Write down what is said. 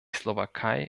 slowakei